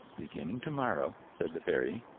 beginning tomorrow, said the fairy,